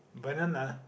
banana